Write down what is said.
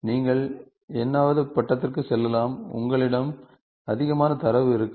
நீங்கள் n வது பட்டத்திற்கு செல்லலாம் உங்களிடம் அதிகமான தரவு இருக்கும்